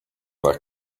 that